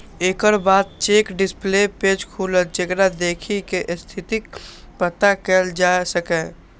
एकर बाद check display page खुलत, जेकरा देखि कें स्थितिक पता कैल जा सकैए